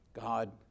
God